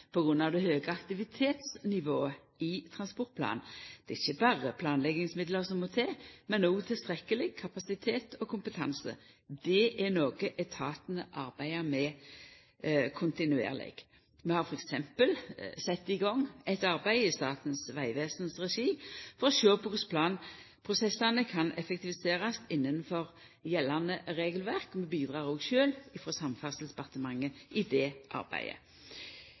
av det høge aktivitetsnivået i transportplanen. Det er ikkje berre planleggingsmidlar som må til, men òg tilstrekkeleg kapasitet og kompetanse. Det er noko etatane arbeider med kontinuerleg. Vi har f.eks. sett i gang eit arbeid i Statens vegvesen sin regi for å sjå på korleis planprosessane kan effektiviserast innanfor gjeldande regelverk. Vi bidreg òg sjølve frå Samferdselsdepartementet i det arbeidet.